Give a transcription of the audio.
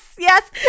yes